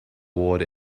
ward